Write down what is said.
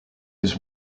his